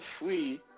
free